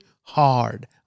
hard